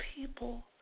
people